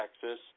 Texas